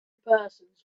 persons